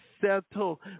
settle